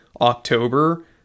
October